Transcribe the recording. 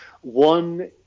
one